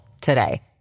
today